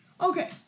Okay